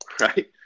right